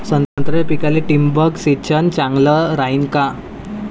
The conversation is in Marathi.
संत्र्याच्या पिकाले थिंबक सिंचन चांगलं रायीन का?